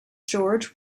george